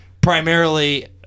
primarily